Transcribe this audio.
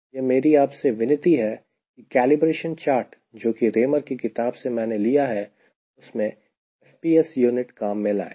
यह मेरी आपसे विनती है की कैलिब्रेशन चार्ट जो कि Raymer की किताब से मैंने लिया है उसमें FPS unit काम में लाएं